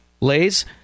lays